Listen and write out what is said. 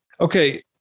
Okay